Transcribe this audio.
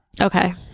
Okay